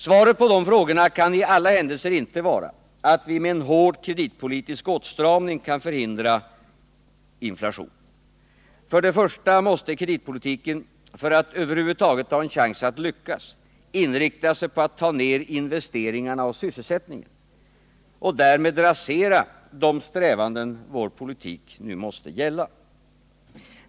Svaret på de frågorna kan i alla händelser inte vara att vi med en hård kreditpolitisk åtstramning kan förhindra inflation. För det första måste kreditpolitiken, för att över huvud taget ha en chans att lyckas, inrikta sig på att ta ner investeringarna och sysselsättningen — och därmed rasera de strävanden vår politik nu måste gälla.